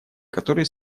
которые